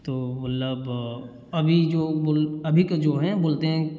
तो मतलब अबी जो बोल अभी के जो हैं बोलते हैं